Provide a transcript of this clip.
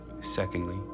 Secondly